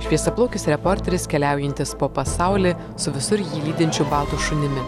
šviesiaplaukis reporteris keliaujantis po pasaulį su visur jį lydinčiu baltu šunimi